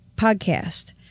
podcast